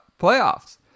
playoffs